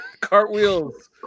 Cartwheels